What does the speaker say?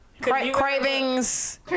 Cravings